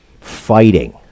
fighting